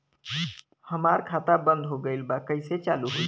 हमार खाता बंद हो गईल बा कैसे चालू होई?